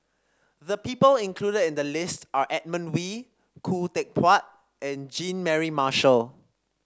the people included in the list are Edmund Wee Khoo Teck Puat and Jean Mary Marshall